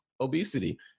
obesity